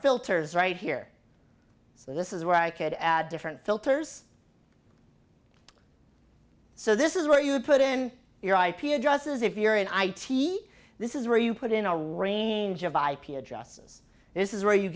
filters right here so this is where i could add different filters so this is where you would put in your ip addresses if you're in i t this is where you put in a range of ip addresses this is where you